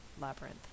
labyrinth